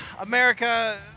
America